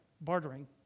bartering